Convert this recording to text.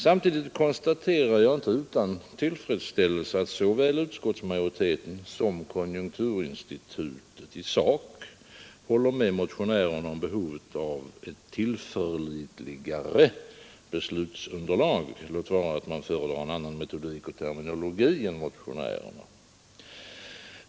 Samtidigt konstaterar jag inte utan tillfredsställelse att såväl utskottsmajoriteten som konjunkturinstitutet i sak håller med motionärerna om behovet av ett tillförlitligare beslutsunderlag — låt vara att man föredrar en annan metodik och terminologi än motionärerna.